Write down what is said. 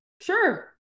Sure